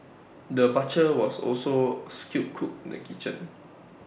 the butcher was also A skilled cook in the kitchen